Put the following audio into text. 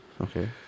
Okay